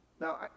Now